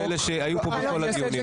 הוא מאלה שהיו פה בכל הדיונים.